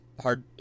hard